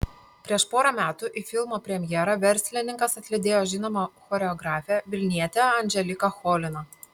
prieš porą metų į filmo premjerą verslininkas atlydėjo žinomą choreografę vilnietę anželiką choliną